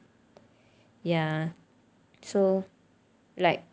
ya so like